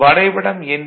வரைபடம் எண்